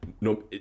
no